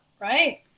Right